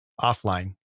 offline